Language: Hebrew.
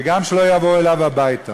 וגם שלא יבואו אליו הביתה.